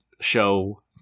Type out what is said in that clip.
show